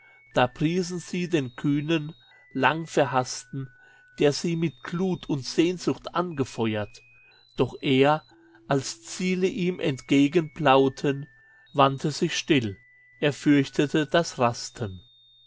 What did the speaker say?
da priesen sie den kühnen lang verhaßten der sie mit glut und sehnsucht angefeuert doch er als ziele ihm entgegenblauten wandte sich still er fürchtete das rasten